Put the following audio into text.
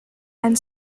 and